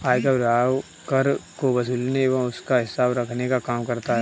आयकर विभाग कर को वसूलने एवं उसका हिसाब रखने का काम करता है